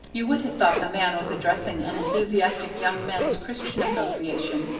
you would have thought the man was addressing an enthusiastic young men's christian association.